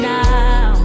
now